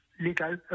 legal